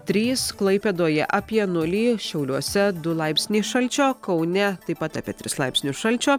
trys klaipėdoje apie nulį šiauliuose du laipsniai šalčio kaune taip pat apie tris laipsnius šalčio